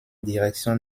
direction